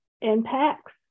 impacts